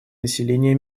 населения